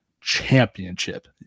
championship